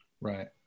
right